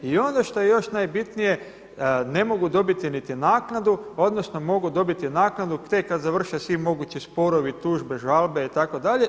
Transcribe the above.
I ono što je još najbitnije, ne mogu dobiti niti naknadu, odnosno mogu dobiti naknadu tek kad završe svi mogući sporovi, tužbe, žalbe itd.